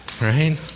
Right